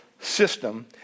system